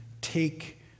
take